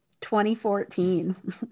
2014